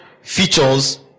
features